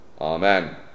Amen